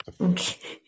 Okay